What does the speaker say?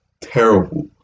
Terrible